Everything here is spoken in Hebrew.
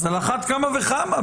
על אחת כמה וכמה,